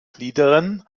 gliedern